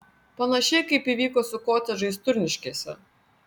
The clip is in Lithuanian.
panašiai kaip įvyko su kotedžais turniškėse